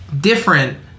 different